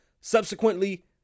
subsequently